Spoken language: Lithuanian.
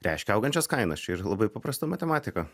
reiškia augančias kainas čia ir labai paprasta matematika